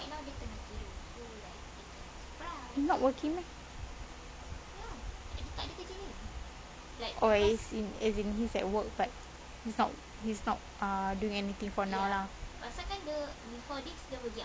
he not working meh as in he is at work but he's not doing anything for now lah